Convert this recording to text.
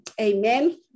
Amen